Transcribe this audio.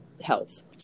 health